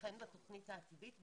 לכן בתוכנית העתידית,